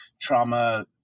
trauma